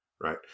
right